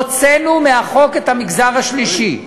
הוצאנו מהחוק את המגזר השלישי.